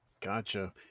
Gotcha